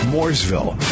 Mooresville